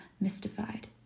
mystified